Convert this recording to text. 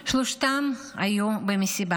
שלושתם היו במסיבה.